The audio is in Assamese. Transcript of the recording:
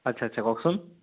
আচ্ছা আচ্ছা কওকচোন